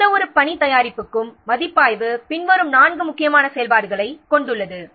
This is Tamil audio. எந்தவொரு பணி தயாரிப்புக்கும் மதிப்பாய்வு பின்வரும் 4 முக்கியமான செயல்பாடுகளைக் கொண்டுள்ளது